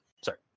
sorry